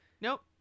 Nope